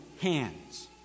hands